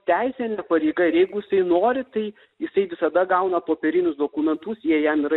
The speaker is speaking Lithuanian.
teisė ne pareiga ir jeigu jisai nori tai jisai visada gauna popierinius dokumentus jie jam yra